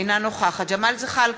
אינה נוכחת ג'מאל זחאלקה,